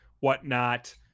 whatnot